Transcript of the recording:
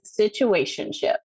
situationship